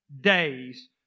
days